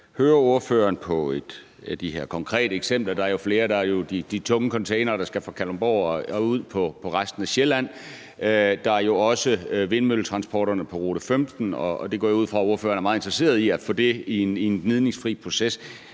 høre ordføreren i forhold til nogle konkrete eksempler. Der er jo de tunge containere, der skal fra Kalundborg og ud på resten af Sjælland. Der er også vindmølletransporterne på rute 15, og det går jeg ud fra at ordføreren er meget interesseret i at få til at køre i en gnidningsfri proces.